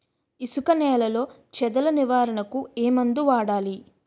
ఇసుక నేలలో చదల నివారణకు ఏ మందు వాడాలి?